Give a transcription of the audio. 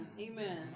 Amen